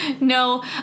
No